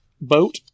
boat